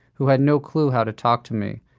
who had no clue how to talk to me.